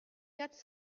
quatre